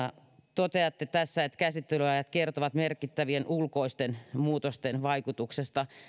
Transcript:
toteatte tässä että käsittelyajat kertovat merkittävien ulkoisten muutosten vaikutuksesta